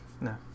No